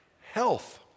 health